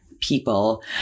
people